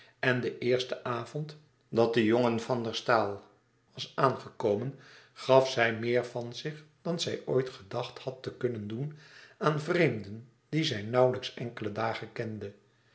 en den eersten avond dat de jonge van der staal was aangekomen gaf zij meer van zich dan zij ooit gedacht had te kunnen doen aan vreemden die zij nauwlijks enkele dagen kende